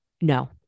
No